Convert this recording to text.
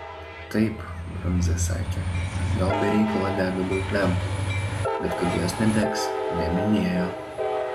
taip brundza sakė kad gal be reikalo dega daug lempų bet kad jos nedegs neminėjo